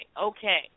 Okay